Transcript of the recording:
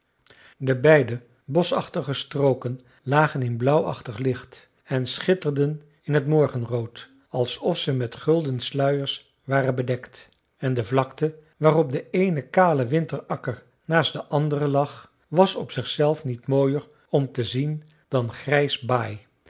de beide boschachtige strooken lagen in blauwachtig licht en schitterden in het morgenrood alsof ze met gulden sluiers waren bedekt en de vlakte waarop de eene kale winterakker naast den anderen lag was op zichzelf niet mooier om te zien dan grijs baai